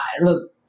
look